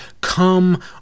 Come